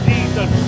Jesus